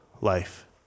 life